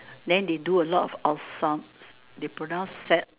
then they do a lot of awesome they pronounce set